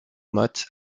mothe